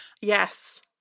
Yes